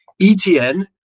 ETN